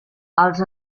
els